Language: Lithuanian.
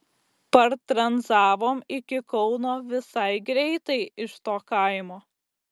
partranzavom iki kauno visai greitai iš to kaimo